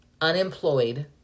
unemployed